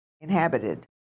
inhabited